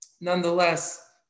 nonetheless